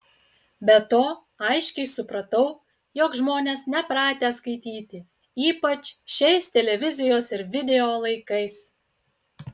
be to aiškiai supratau jog žmonės nepratę skaityti ypač šiais televizijos ir video laikais